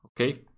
okay